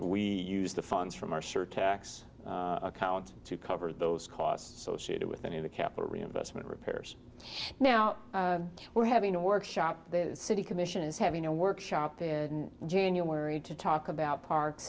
we use the funds from our surtax account to cover those costs associated with any of the capital reinvestment repairs now we're having a workshop the city commission is having a workshop in january to talk about parks